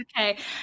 okay